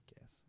Guess